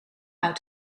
uit